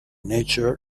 nature